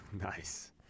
Nice